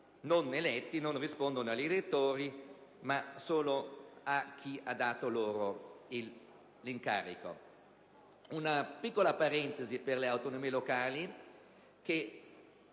non eletti non rispondono ai direttori, ma solo a chi ha dato loro l'incarico. Faccio una piccola parentesi su quelle autonomie locali